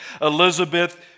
Elizabeth